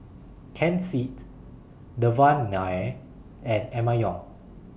Ken Seet Devan Nair and Emma Yong